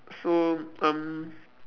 so um